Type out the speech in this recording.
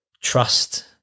trust